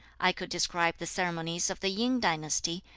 i could describe the ceremonies of the yin dynasty,